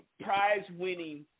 prize-winning